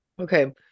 okay